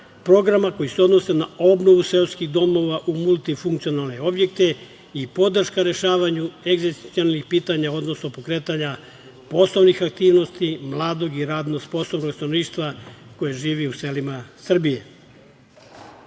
programa koji se odnose na obnovu seoskih domova u multifunkcionalne objekte i podrška rešavanju egzistencijalnih pitanja, odnosno pokretanja poslovnih aktivnosti mladog i radno sposobnog stanovništva koje živi u selima Srbije. Sve